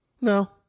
No